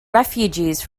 refugees